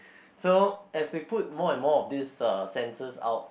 so as we put more and more of these uh sensors out